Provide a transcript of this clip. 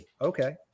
Okay